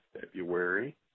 February